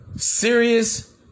Serious